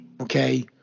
Okay